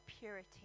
purity